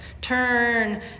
turn